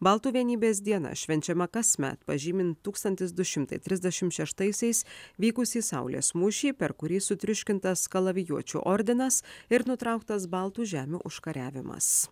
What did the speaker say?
baltų vienybės diena švenčiama kasmet pažymint tūkstantis du šimtai trisdešimt šeštaisiais vykusį saulės mūšį per kurį sutriuškintas kalavijuočių ordinas ir nutrauktas baltų žemių užkariavimas